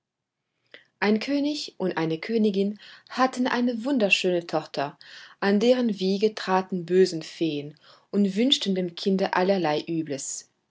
ein könig und eine königin hatten eine wunderschöne tochter an deren wiege traten böse feen und wünschten dem kinde allerlei übles